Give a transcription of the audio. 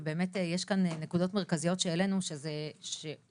יש כאן נקודות מרכזיות שיעלו בדיון,